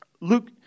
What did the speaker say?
Luke